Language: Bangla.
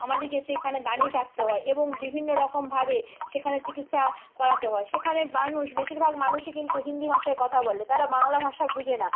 আমাদিকে সেইখানে দাঁড়িয়ে থাকতে হয় এবং বিভিন্ন রকমভাবে সেখানে চিকিৎসা করাতে হয় সেখানের মানুষ বেশিরভাগ মানুষই কিন্তু হিন্দি ভাষায় কথা বলে তারা বাংলা ভাষা বুঝে না